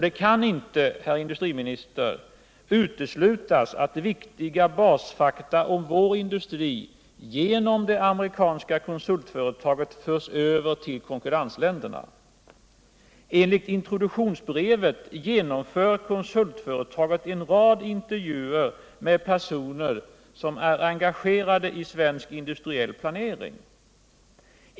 Det kan inte, herr industriminister, uteslutas att viktiga basfakta om vår Nr 159 industri genom det amerikanska konsultföretaget förs över till konkurrent Onsdagen den länderna. Enligt introduktionsbrevet genomför konsultföretaget en rad 31 maj 1978 intervjuer med personer som är engagerade i svensk industriell planering.